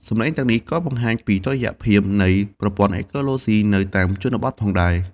សំឡេងទាំងនេះក៏បង្ហាញពីតុល្យភាពនៃប្រព័ន្ធអេកូឡូស៊ីនៅតាមជនបទផងដែរ។